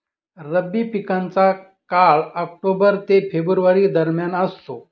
रब्बी पिकांचा काळ ऑक्टोबर ते फेब्रुवारी दरम्यान असतो